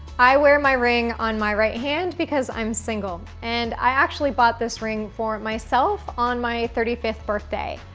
i wear my ring on my right hand, because i'm single. and i actually bought this ring for myself on my thirty fifth birthday.